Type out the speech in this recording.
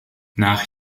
nach